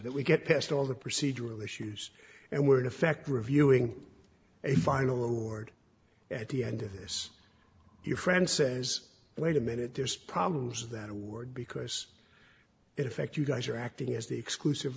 that we get past all the procedural issues and would affect reviewing a final award at the end of this your friend says wait a minute there's problems that award because it affects you guys are acting as the exclusive